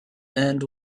end